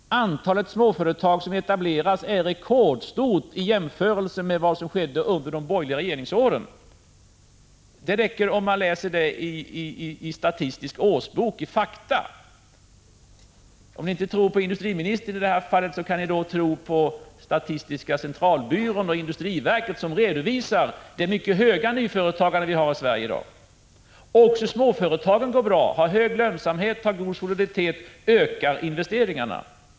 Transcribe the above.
Antalet småföretag som etableras är rekordstort, i jämförelse med vad som skedde under de borgerliga regeringsåren. Det räcker att läsa dessa fakta i Statistisk årsbok. Om ni inte tror på industriministern i det här fallet så kan ni tro på statistiska centralbyrån och industriverket, som redovisar vilket högt nyföretagande som finns i Sverige för närvarande. 39 Och även småföretagen går bra, har hög lönsamhet och god soliditet och ökar investeringarna.